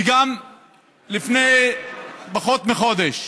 לפני פחות מחודש